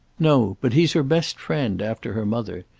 no but he's her best friend after her mother.